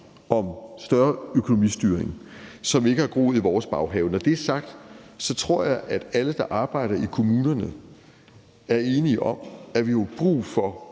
om større økonomisk styring, som ikke er groet i vores baghave. Når det er sagt, tror jeg, at alle, der arbejder i kommunerne, er enige i, at der er brug for,